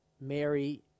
Mary